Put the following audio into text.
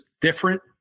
different